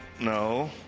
No